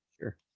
Sure